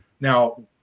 Now